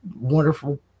wonderful